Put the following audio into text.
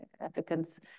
applicants